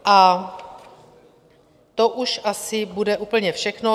A to už asi bude úplně všechno.